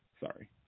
Sorry